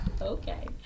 Okay